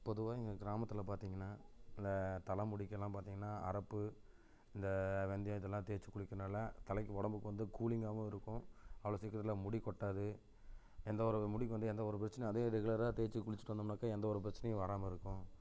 பொதுவாக எங்கள் கிராமத்தில் பார்த்திங்கன்னா இந்த தலைமுடிக்கெல்லாம் பார்த்திங்கன்னா அரப்பு இந்த வெந்தயம் இதெல்லாம் தேய்ச்சிக் குளிக்கனால் தலைக்கு உடம்புக்கு வந்து கூலிங்காகவும் இருக்கும் அவ்வளோ சீக்கிரத்தில் முடி கொட்டாது எந்த ஒரு முடிக்கும் வந்து எந்த ஒரு பிரச்சினை அதே ரெகுலராக தேய்ச்சி குளிச்சுட்டு வந்தோம்னாக்கால் எந்த ஒரு பிரச்சினையும் வராமல் இருக்கும்